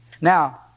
Now